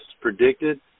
predicted